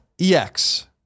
EX